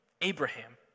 Abraham